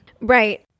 Right